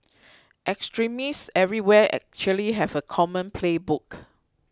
extremists everywhere actually have a common playbook